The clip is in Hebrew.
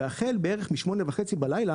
והחל מ-20:30 בערך,